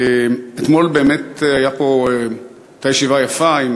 אתמול באמת הייתה פה ישיבה יפה,